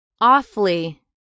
awfully